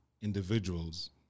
individuals